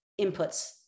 inputs